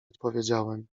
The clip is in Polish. odpowiedziałem